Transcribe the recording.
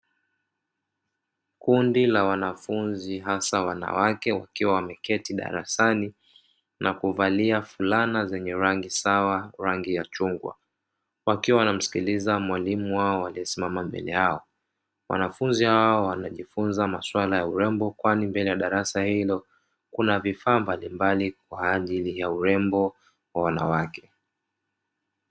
Kundi la wanafunzi hasa wanawake wakiwa wameketi darasani na kuvalia fulana zenye rangi sawa rangi ya chungwa, wakiwa wanamsikiliza mwalimu wao aliyesimama mbele yao wanafunzi hawa wanajifunza maswala ya urembo, kwani mbele ya darasa hilo kuna vifaa mbalimbali kwa ajili ya urembo wa wanawake.